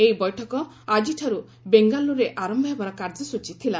ଏହି ବୈଠକ ଆକ୍ଟିଠାରୁ ବେଙ୍ଗାଲୁରୁରେ ଆରମ୍ଭ ହେବାର କାର୍ଯ୍ୟସ୍ତଚୀ ଥିଲା